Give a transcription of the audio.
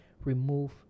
remove